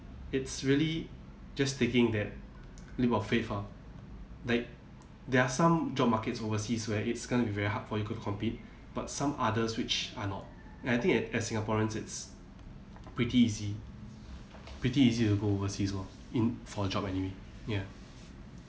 it's really just taking that leap of faith ah like there are some job markets overseas where it's gonna be very hard for you to compete but some others which are not I think as singaporeans it's pretty easy pretty easy to go overseas lor in for job anyway ya